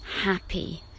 happy